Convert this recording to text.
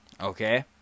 Okay